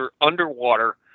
underwater